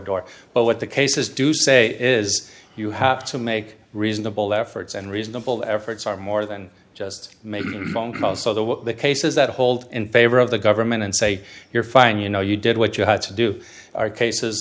door but what the cases do say is you have to make reasonable efforts and reasonable efforts are more than just maybe phone calls so the what the cases that hold in favor of the government and say you're fine you know you did what you had to do our cases